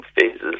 phases